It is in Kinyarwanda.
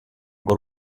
hari